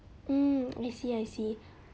um I see I see